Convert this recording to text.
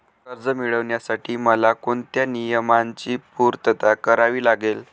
कर्ज मिळविण्यासाठी मला कोणत्या नियमांची पूर्तता करावी लागेल?